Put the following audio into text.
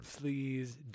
Please